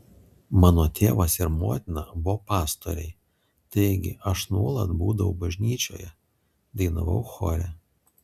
mano tėvas ir motina buvo pastoriai taigi aš nuolat būdavau bažnyčioje dainavau chore